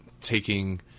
taking